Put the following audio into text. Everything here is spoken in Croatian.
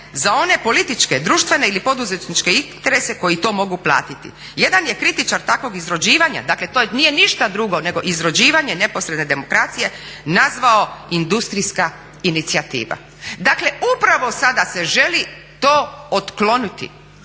za one političke, društvene ili poduzetničke interese koji to mogu platiti". Jedan je kritičar takvog izrođivanja, dakle to nije ništa drugo nego izrođivanje neposredne demokracije nazvao industrijska inicijativa. Dakle upravo sada se želi to otkloniti.